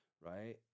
right